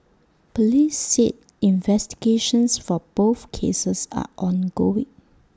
Police said investigations for both cases are ongoing